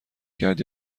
کرد